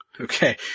Okay